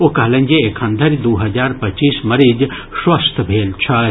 ओ कहलनि जे एखन धरि दू हजार पच्चीस मरीज स्वस्थ भेल छथि